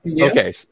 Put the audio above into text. Okay